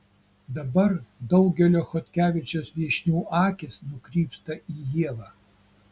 dabar daugelio chodkevičiaus viešnių akys nukrypsta į ievą